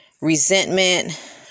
resentment